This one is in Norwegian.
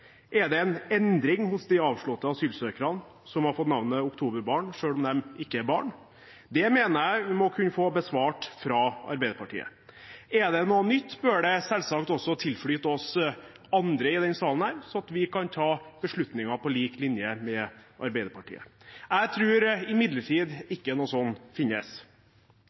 Er det en endring hos de avslåtte asylsøkerne, som har fått navnet «oktoberbarn», selv om de ikke er barn? Det mener jeg vi må kunne få besvart fra Arbeiderpartiet. Er det noe nytt, bør det selvsagt også tilflyte oss andre i denne salen, slik at vi kan ta beslutninger på lik linje med Arbeiderpartiet. Jeg tror imidlertid ikke at noe sånt finnes.